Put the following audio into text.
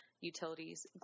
utilities